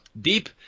deep